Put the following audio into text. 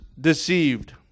deceived